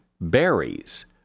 berries